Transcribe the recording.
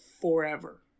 forever